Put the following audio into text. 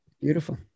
Beautiful